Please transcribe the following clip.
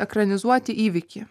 ekranizuoti įvykį